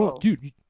dude